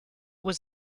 was